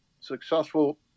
successful